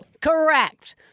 Correct